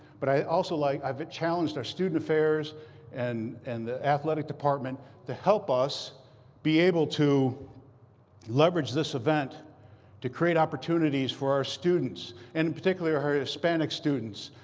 but i'd also like i've challenged our student affairs and and the athletic department to help us be able to leverage this event to create opportunities for our students, and particularly our hispanic students,